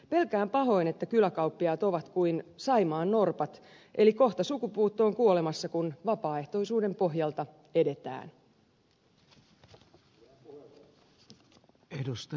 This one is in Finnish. pelkään pahoin että kyläkauppiaat ovat kuin saimaannorpat eli kohta sukupuuttoon kuolemassa kun vapaaehtoisuuden pohjalta edetään